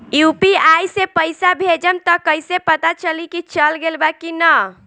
UPI से पइसा भेजम त कइसे पता चलि की चल गेल बा की न?